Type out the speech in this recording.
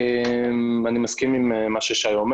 אני מסכים עם דבריו של שי,